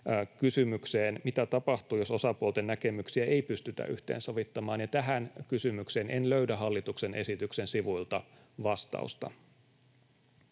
kysymykseen, mitä tapahtuu, jos osapuolten näkemyksiä ei pystytä yhteensovittamaan. Tähän kysymykseen en löydä hallituksen esityksen sivuilta vastausta.